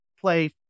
play